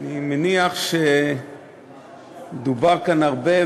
אני מניח שדובר כאן הרבה,